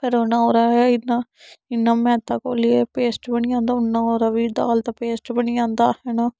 फिर रौह्ना ओह्दा इ'न्ना इ'न्ना मैदा घोलियै पेस्ट बनी जंदी उ'न्ना ओह्दा बी दाल दा पेस्ट बनी जंदा हैना